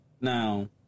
now